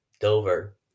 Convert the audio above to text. Dover